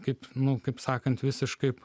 kaip nu kaip sakant visiškai